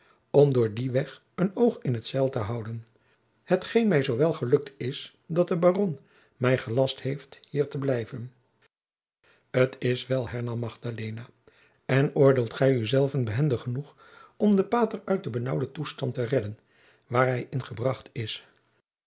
om door dien weg een oog in t zeil te houden t gunt mij zoo wel elukt is dat de baron mij elast heeft hier te blijven t is wel hernam magdalena en oordeelt gij uzelven behendig genoeg om den pater uit den benaauwden toestand te redden waar hij in gebracht is